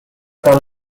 can